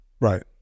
Right